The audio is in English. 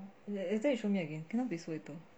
later you show me again cannot be so little